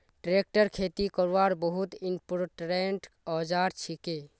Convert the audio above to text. tractor खेती करवार बहुत इंपोर्टेंट औजार छिके